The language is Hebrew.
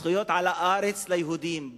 הזכויות על הארץ ליהודים.